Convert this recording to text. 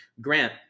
Grant